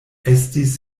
estis